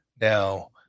Now